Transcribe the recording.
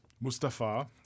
Mustafa